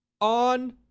on